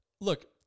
look